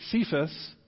Cephas